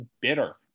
bitter